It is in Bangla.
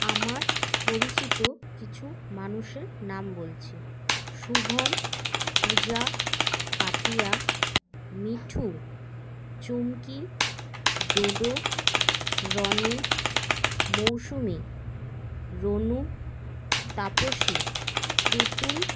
আমার পরিচিত কিছু মানুষের নাম বলছি শুভম পূজা পাপিয়া মিঠু চুমকি ডোডো রনি মৌসুমি রনু তাপসী তুতুল